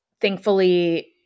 Thankfully